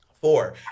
Four